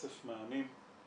רצף מענים גם